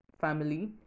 family